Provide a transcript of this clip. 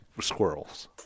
squirrels